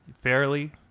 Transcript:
fairly